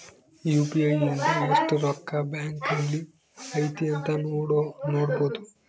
UPI ಇಂದ ಎಸ್ಟ್ ರೊಕ್ಕ ಬ್ಯಾಂಕ್ ಅಲ್ಲಿ ಐತಿ ಅಂತ ನೋಡ್ಬೊಡು